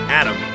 Adam